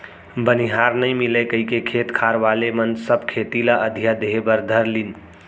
बनिहार नइ मिलय कइके खेत खार वाले मन सब खेती ल अधिया देहे बर धर लिन